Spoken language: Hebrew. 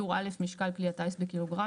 טור א': משקל כלי הטייס בק"ג.